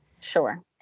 sure